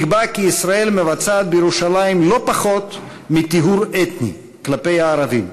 נקבע כי ישראל מבצעת בירושלים לא פחות מטיהור אתני כלפי הערבים,